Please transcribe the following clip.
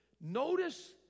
Notice